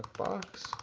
box.